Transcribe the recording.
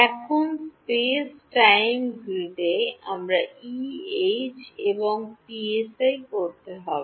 এখন space time গ্রিডে আমাদের E H এবং পিএসআই করতে হবে